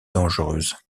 dangereuse